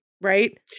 right